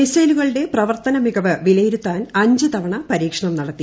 മിസൈലുകളുടെ പ്രവർത്തന മികവ് വിലയിരുത്താൻ അഞ്ച് തവണ പരീക്ഷണം നടത്തി